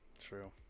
True